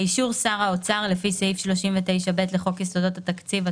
באישור שר האוצר לפי סעיף 39ב לחוק יסודות התקציב,